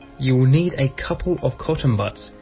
you will need a couple of cotton buds.